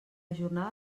jornada